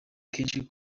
kenshi